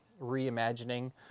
reimagining